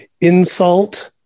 insult